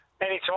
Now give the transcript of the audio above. Anytime